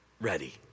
Ready